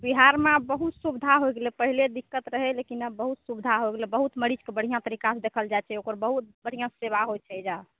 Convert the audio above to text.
बिहारमे आब बहुत सुबिधा होइ गेलै पहिले दिक्कत रहै लेकिन आब बहुत सुबिधा होइ गेलै बहुत मरीजके बढ़िऑं तरीका सऽ देखल जाइ छै ओकर बहुत बढ़िऑं सऽ सेबा होइ छै एहिजा